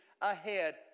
ahead